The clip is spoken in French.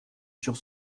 sur